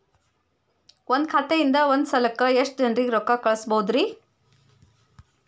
ಒಂದ್ ಖಾತೆಯಿಂದ, ಒಂದ್ ಸಲಕ್ಕ ಎಷ್ಟ ಜನರಿಗೆ ರೊಕ್ಕ ಕಳಸಬಹುದ್ರಿ?